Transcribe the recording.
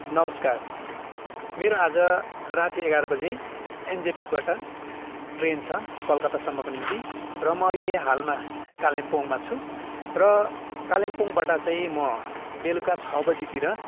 नमस्कार मेरो आज राति एघार बजी एनजेपीबाट ट्रेन छ कलकत्तासम्मको निम्ति र म अहिले हालमा कालिम्पोङमा छु र कालिम्पोङबाट चाहिँ म बेलुका छ बजीतिर